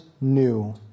new